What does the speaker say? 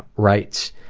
writes,